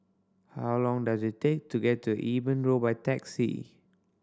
how long does it take to get to Eben Road by taxi